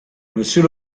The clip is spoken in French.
monsieur